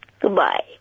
Goodbye